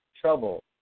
trouble